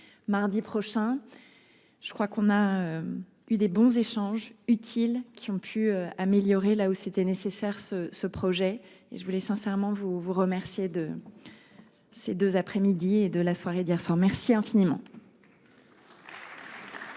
Mardi prochain. Je crois qu'on a. Eu des bons échanges utiles qui ont pu améliorer là où c'était nécessaire ce ce projet et je voulais sincèrement vous remercier de. Ces deux après-midi et de la soirée d'hier soir. Merci infiniment.